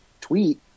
tweet